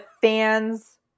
fans